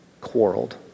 quarreled